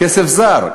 כסף זר,